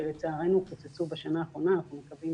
לצערנו היו קיצוצים בשנה האחרונה, אנחנו מקווים